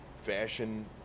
fashion